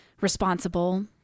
responsible